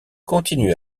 continue